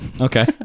Okay